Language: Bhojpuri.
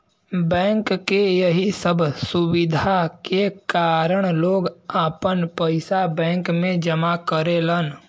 बैंक के यही सब सुविधा के कारन लोग आपन पइसा बैंक में जमा करेलन